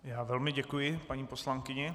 Já velmi děkuji paní poslankyni.